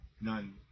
None